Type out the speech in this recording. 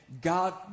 God